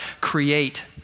create